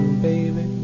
baby